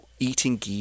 Eating